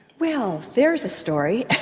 well there's a story.